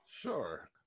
Sure